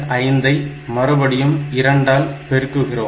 5ஐ மறுபடியும் 2 ஆல் பெருக்குகிறோம்